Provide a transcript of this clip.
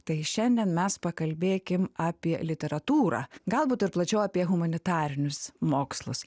tai šiandien mes pakalbėkim apie literatūrą galbūt ir plačiau apie humanitarinius mokslus